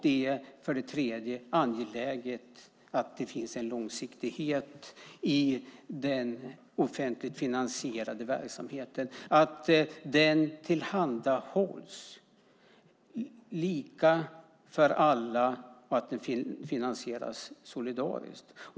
Det är dessutom viktigt att det finns en långsiktighet i den offentligt finansierade verksamheten, att den tillhandahålls lika för alla och att den finansieras solidariskt.